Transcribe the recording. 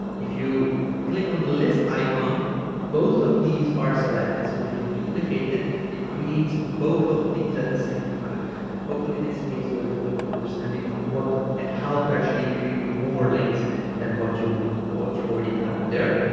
if you click on the list icon both of these are selected so when you duplicate it it creates both of these at the same time hopefully this gives you a little bit of understanding of what and how to actually create more links than what you what you already have on there